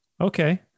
okay